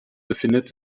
befindet